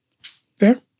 Fair